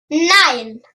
nein